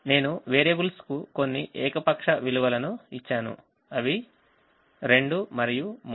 నేను వేరియబుల్స్ కు కొన్ని ఏకపక్ష విలువలను ఇచ్చాను అవి 2 మరియు 3